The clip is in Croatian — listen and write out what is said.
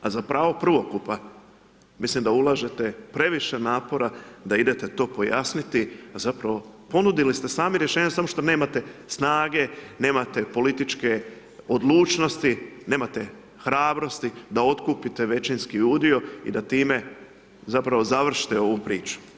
A za pravo prvokupa mislim da ulažete previše napora da idete to pojasniti, a zapravo ponudili ste sami rješenje samo što nemate snage, nemate političke odlučnosti, nemate hrabrosti da otkupite većinski udio i da time zapravo završite ovu priču.